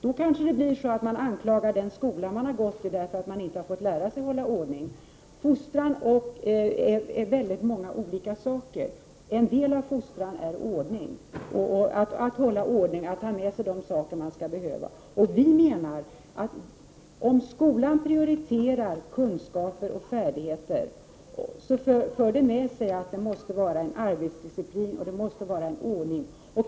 Då kanske man anklagar skolan för att vederbörande inte fått lära sig att hålla ordning. Fostran är alltså väldigt många olika saker. En del av fostran är att hålla ordning, att ta med sig de saker man behöver. Om skolan prioriterar kunskaper och färdigheter, så för det med sig att det också måste vara arbetsdisciplin och ordning.